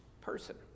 person